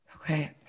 Okay